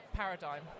paradigm